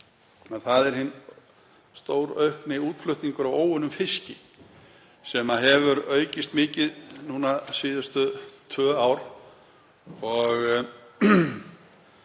það er hin stóraukni útflutningur á óunnum fiski sem hefur aukist mikið núna síðustu tvö ár.